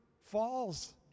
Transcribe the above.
falls